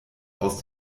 aus